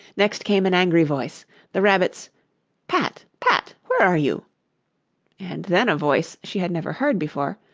next came an angry voice the rabbit's pat! pat! where are you and then a voice she had never heard before,